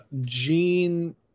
Gene